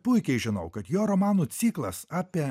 puikiai žinau kad jo romanų ciklas apie